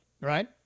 Right